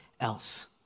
else